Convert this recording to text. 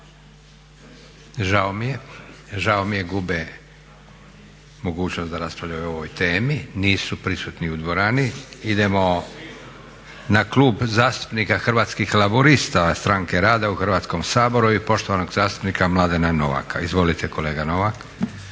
Žao mi je, gube mogućnost da raspravljaju o ovoj temi, nisu prisutni u dvorani. Idemo na Klub zastupnika Hrvatski laburista stranke rada u Hrvatskom saboru i poštovanog zastupnika Mladena Novaka. Izvolite kolega Novak.